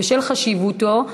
בשל חשיבותו,